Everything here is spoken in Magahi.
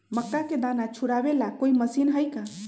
मक्का के दाना छुराबे ला कोई मशीन हई का?